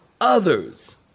others